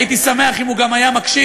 הייתי שמח אם הוא גם היה מקשיב,